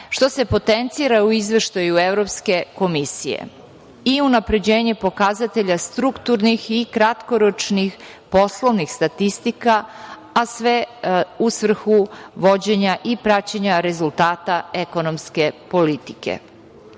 što se potencira u Izveštaju Evropske komisije, i unapređenje pokazatelja strukturnih i kratkoročnih poslovnih statistika, a sve u svrhu vođenja i praćenja rezultata ekonomske politike.